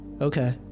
Okay